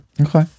Okay